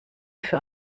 für